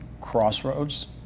Crossroads